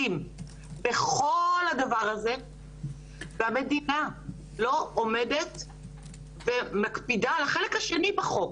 בכל הדבר הזה והמדינה לא עומדת ומקפידה על החלק השני בחוק,